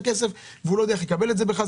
הכסף והוא לא יודע איך יקבל אותו בחזרה.